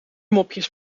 mopjes